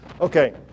Okay